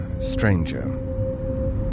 stranger